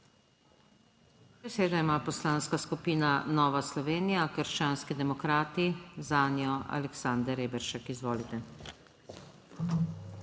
ima Poslanska skupina Nova Slovenija - Krščanski demokrati, zanjo Aleksander Reberšek. Izvolite.